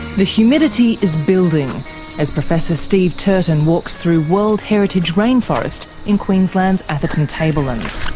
the humidity is building as professor steve turton walks through world heritage rainforest in queensland's atherton tablelands.